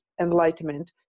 enlightenment